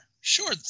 sure